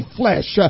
flesh